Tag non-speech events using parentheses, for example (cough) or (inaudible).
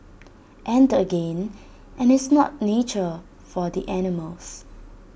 (noise) and again (noise) and it's not nature for the animals